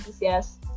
yes